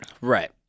Right